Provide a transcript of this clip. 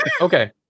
okay